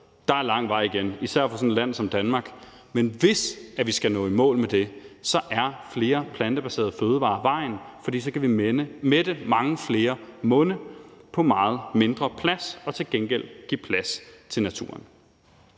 Der er lang vej igen, især for et land som Danmark, men hvis vi skal nå i mål med det, er flere plantebaserede fødevarer vejen, for så kan vi mætte mange flere munde på meget mindre plads og til gengæld give plads til naturen.